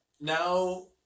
Now